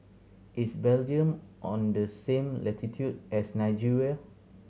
is Belgium on the same latitude as Nigeria